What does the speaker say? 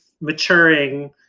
maturing